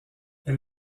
elle